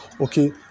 okay